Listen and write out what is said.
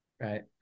Right